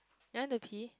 you want to key